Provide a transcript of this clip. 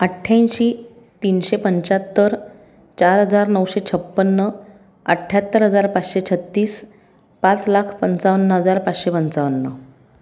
अठ्ठ्याऐंशी तीनशे पंच्याहत्तर चार हजार नऊशे छप्पन्न अठ्ठ्याहत्तर हजार पाचशे छत्तीस पाच लाख पंचावन्न हजार पाचशे पंचावन्न